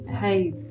hey